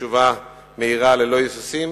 תשובה מהירה ללא היסוסים: